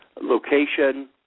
location